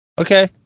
Okay